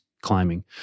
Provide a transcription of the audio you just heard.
climbing